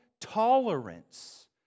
tolerance